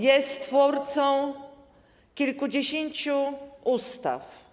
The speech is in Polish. Jest on twórcą kilkudziesięciu ustaw.